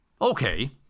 Okay